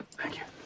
thank you.